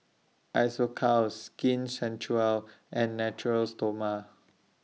Isocal Skin Ceuticals and Natura Stoma